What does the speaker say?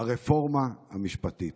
הרפורמה המשפטית.